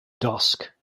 dusk